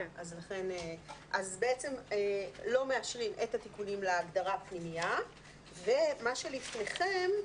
אז בעצם לא מאשרים את התיקונים להגדרה פנימייה ומה שלפניכם,